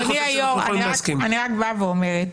אני רק אומרת